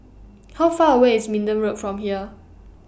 How Far away IS Minden Road from here